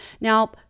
Now